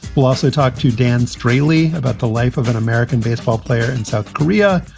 we'll also talk to dan strongly about the life of an american baseball player in south korea,